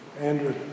Andrew